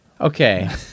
Okay